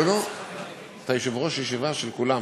לא, לא, אתה יושב-ראש הישיבה של כולם.